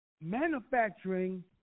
manufacturing